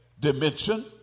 dimension